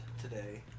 today